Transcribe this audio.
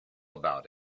about